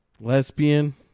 Lesbian